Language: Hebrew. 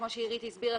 כמו שעירית הסבירה,